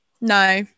No